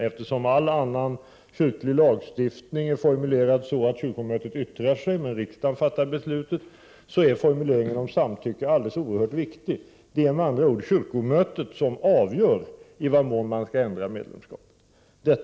Eftersom all annan kyrklig lagstiftning är formulerad så att kyrkomötet skall yttra sig men att riksdagen fattar besluten, är formuleringen om samtycke oerhört viktig. Det är med andra ord kyrkomötet som avgör i vad mån man skall ändra medlemskapsförhållandena.